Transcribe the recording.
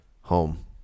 home